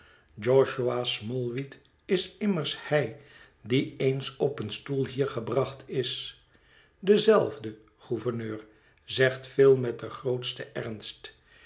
josua smallweed is immers hij die eens op een stoel hier gebracht is dezelfde gouverneur zegt phil met den grootsten ernst